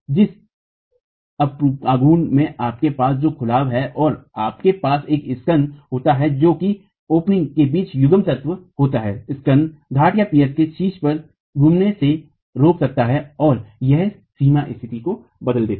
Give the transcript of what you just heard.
जिस आघूर्ण में आपके पास जो खुलाव है और आपके पास एक स्कन्ध होता है जो कि छेदखुले के बीच युग्मन तत्व होता है स्कन्ध घाटपियर्स के शीर्ष पर घूमने से रोक सकता है और यह सीमा स्थिति को बदल देता है